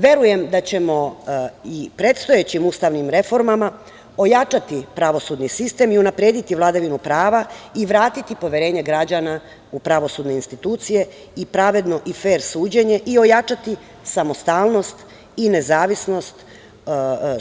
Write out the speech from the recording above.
Verujem da ćemo i predstojećim ustavnim reformama ojačati pravosudni sistem i unaprediti vladavinu prava i vratiti poverenje građana u pravosudne institucije i pravedno i fer suđenje, i ojačati samostalnost i nezavisnost